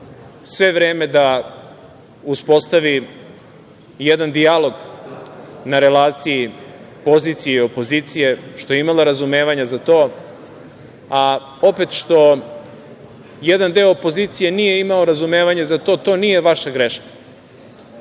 sve vreme uspostavi jedan dijalog na relaciji pozicije i opozicije, što je imala razumevanje za to, a opet što jedan deo opozicije nije imao razumevanje za to, to nije vaša greška.